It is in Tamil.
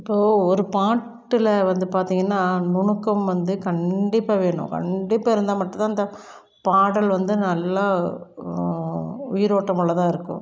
இப்போது ஒரு பாட்டில் வந்து பார்த்திங்கன்னா நுணுக்கம் வந்து கண்டிப்பாக வேணும் கண்டிப்பாக இருந்தால் மட்டும் தான் அந்த பாடல் வந்து நல்லா உயிரோட்டம் உள்ளதாக இருக்கும்